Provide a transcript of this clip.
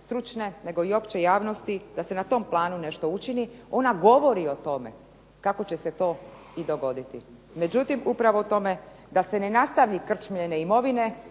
stručne i opće javnosti da se na tom planu nešto učini, ona govori o tome kako će se to i dogoditi. Međutim, upravo tome da se ne nastavi krčmljenje imovine,